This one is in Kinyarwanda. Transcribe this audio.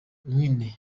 nyine